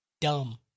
dumb